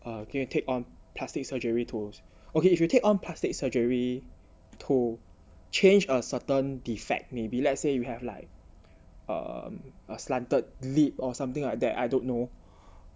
uh 可以 take on plastic surgery to okay if you take on plastic surgery to change a certain defect may be let's say you have like a slanted lip or something like that I don't know